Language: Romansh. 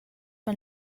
han